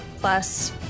plus